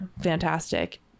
Fantastic